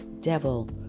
devil